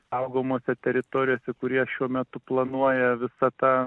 saugomose teritorijose kurie šiuo metu planuoja visą tą